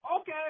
okay